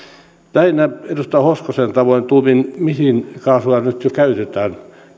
lähinnä edustajan hoskosen tavoin tuumin mihin kaasua nyt jo käytetään